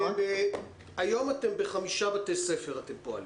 היום אתם פועלים ב-5 בתי ספר.